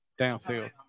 downfield